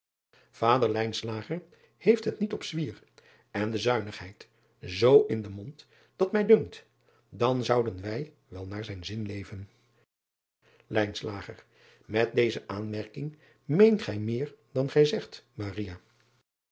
ader heeft het niet op zwier en de zuinigheid zoo in den mond dat mij dunkt dan zouden wij wel naar zijn zin leven driaan oosjes zn et leven van aurits ijnslager et deze aanmerking meent gij meer dan gij zegt